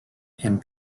and